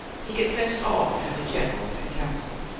he confessed all to the generals in council.